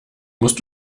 musst